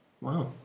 Wow